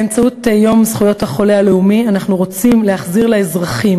באמצעות יום זכויות החולה הלאומי אנחנו רוצים להחזיר לאזרחים